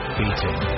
beating